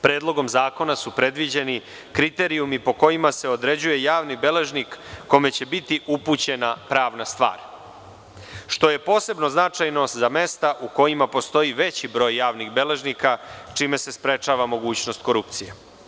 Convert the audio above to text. Predlogom zakona su predviđeni kriterijumi po kojima se određuje javni beležnik kome će biti upućena pravna stvar, što je posebno značajno za mesta u kojima postoji veći broj javnih beležnika, čime se sprečava mogućnost korupcije.